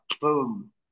boom